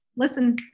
listen